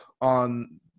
on